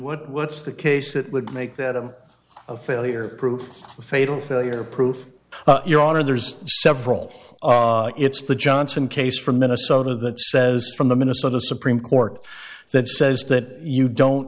and what's the case that would make that i'm a failure prove fatal failure proof your honor there's several it's the johnson case from minnesota that says from the minnesota supreme court that says that you don't